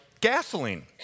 gasoline